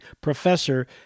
professor